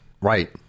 Right